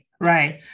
right